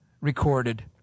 Recorded